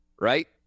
right